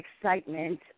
excitement